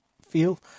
feel